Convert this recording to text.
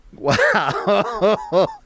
wow